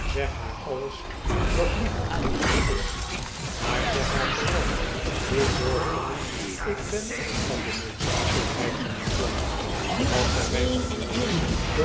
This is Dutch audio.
zeg haar alles wat lief en vriendelijk is maar zeg haar vooral hoe doordrongen ik ben van de noodzakelijkheid van dit plan dat zij mij vanmorgen door